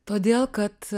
todėl kad